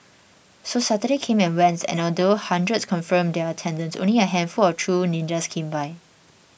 so Saturday came and went and although hundreds confirmed their attendance only a handful of true ninjas came by